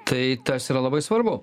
tai tas yra labai svarbu